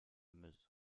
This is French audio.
meuse